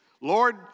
Lord